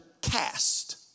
cast